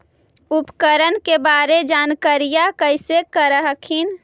उपकरण के बारे जानकारीया कैसे कर हखिन?